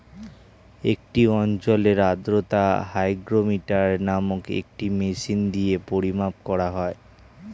একটি অঞ্চলের আর্দ্রতা হাইগ্রোমিটার নামক একটি মেশিন দিয়ে পরিমাপ করা হয়